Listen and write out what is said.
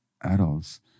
adults